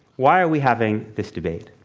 why are we having this debate?